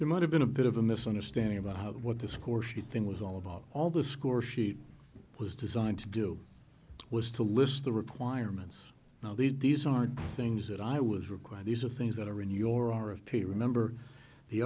there might have been a bit of a misunderstanding about what the scoresheet thing was all about all the scoresheet was designed to do was to list the requirements now these are things that i was required these are things that are in your hour of pay remember the